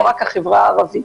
זה לא רק החברה הערבית.